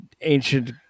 ancient